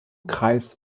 kreis